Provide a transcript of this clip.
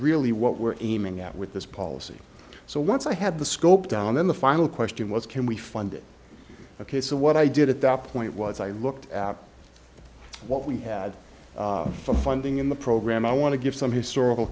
really what we're aiming at with this policy so once i had the scope down then the final question was can we funded ok so what i did at that point was i looked at what we had for funding in the program i want to give some historical